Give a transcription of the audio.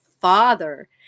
father